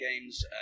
games